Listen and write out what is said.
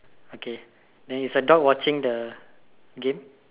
okay then is the dog watching the game